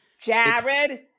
Jared